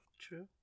True